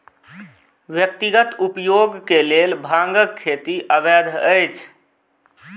व्यक्तिगत उपयोग के लेल भांगक खेती अवैध अछि